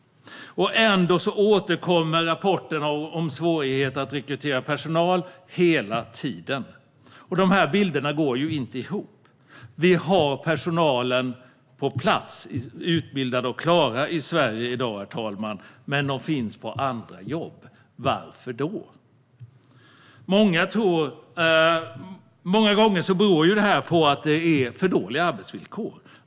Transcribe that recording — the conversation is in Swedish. Ändå återkommer hela tiden rapporterna om svårigheter att rekrytera personal. De bilderna går inte ihop. Personalen finns på plats, utbildad och klar, i Sverige i dag - men de finns på andra jobb. Varför? Många gånger beror detta på att arbetsvillkoren är för dåliga.